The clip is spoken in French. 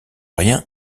rien